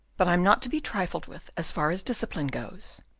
but i'm not to be trifled with, as far as discipline goes.